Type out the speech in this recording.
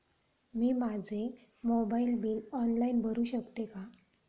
मी माझे mobile bill online भरू शकते का?